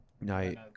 Night